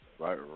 Right